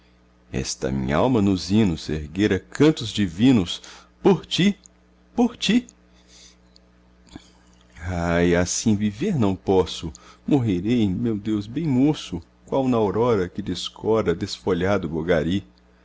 esta minhalma nos hinos erguera cantos divinos por ti por ti ai assim viver não posso morrerei meu deus bem moço qual naurora que descora desfolhado bogari